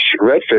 redfish